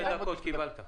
שתי דקות קיבלת.